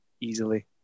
easily